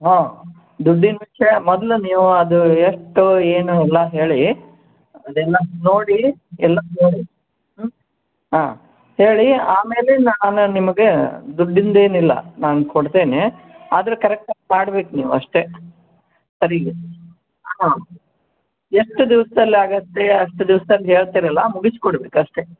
ಹ್ಞೂ ದುಡ್ಡಿನ ವಿಷಯ ಮೊದಲು ನೀವು ಅದು ಎಷ್ಟು ಏನು ಎಲ್ಲ ಹೇಳಿ ಅದೆಲ್ಲ ನೋಡಿ ಎಲ್ಲ ನೋಡಿ ಹಾಂ ಹೇಳಿ ಆಮೇಲೆ ನಾನು ನಿಮಗೆ ದುಡ್ಡಿಂದೇನಿಲ್ಲ ನಾನು ಕೊಡ್ತೇನೆ ಆದರೆ ಕರೆಕ್ಟಾಗಿ ಮಾಡ್ಬೇಕು ನೀವು ಅಷ್ಟೇ ಸರೀಗೆ ಹಾಂ ಎಷ್ಟು ದಿವ್ಸದಲ್ಲಾಗುತ್ತೆ ಅಷ್ಟು ದಿವಸ್ದಲ್ ಹೇಳ್ತೀರಲ್ಲ ಮುಗಿಸ್ಕೊಡ್ಬೇಕು ಅಷ್ಟೇ